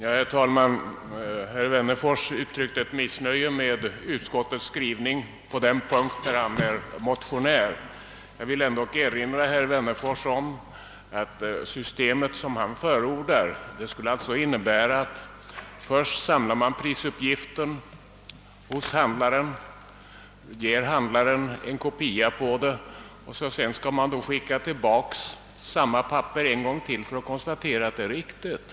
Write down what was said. Herr talman! Herr Wennerfors uttryckte här missnöje med utskottets skrivning på den punkt där han är motionär. Jag vill ändock erinra herr Wennerfors om att det system som han förordar skulle innebära att man först samlar prisuppgifter hos handlaren och ger honom en kopia men sedan måste skicka tillbaka samma papper en gång till för att handlaren skall få konstatera att det är riktigt.